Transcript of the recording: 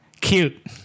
cute